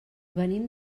venim